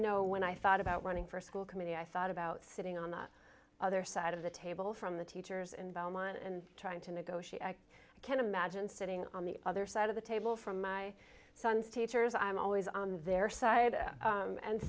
know when i thought about running for school committee i thought about sitting on the other side of the table from the teachers in belmont and trying to negotiate i can imagine sitting on the other side of the table from my son's teachers i'm always on their side